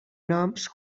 noms